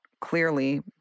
clearly